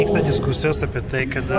vyksta diskusijos apie tai kad